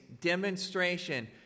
demonstration